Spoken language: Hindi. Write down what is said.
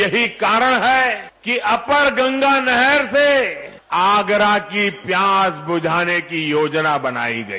यही कारण है कि अपर गंगा नहर से आगरा की प्यास बुझाने की योजना बनाई गई